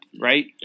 right